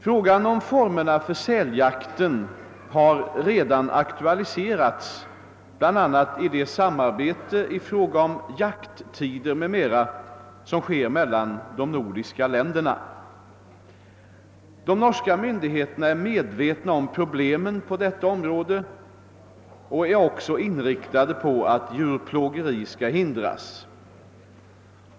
Frågan om formerna för säljakten har redan aktualiserats bl.a. i det samarbete i fråga om jakttider m.m. som förekommer mellan de nordiska länderna. De norska myndigheterna är medvetna om problemen på detta område och är också inriktade på att djurplågeri skall hindras.